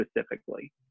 specifically